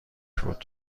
بود